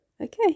okay